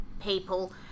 people